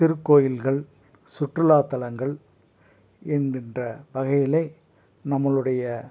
திருக்கோவில்கள் சுற்றுலாத்தலங்கள் என்கின்ற வகையில் நம்மளுடைய